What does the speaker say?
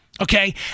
Okay